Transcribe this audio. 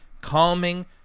calming